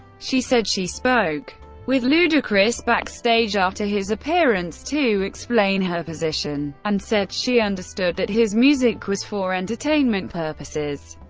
she said she spoke with ludacris backstage after his appearance to explain her position and said she understood that his music was for entertainment purposes,